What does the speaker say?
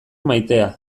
maitea